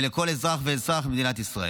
לכל אזרח ואזרח במדינת ישראל.